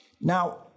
Now